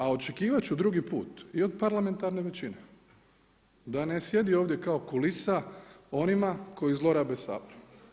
A očekivat ću drugi put i od parlamentarne većine da ne sjedi ovdje kao kulisa onima koji zlorabe Sabor.